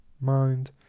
mind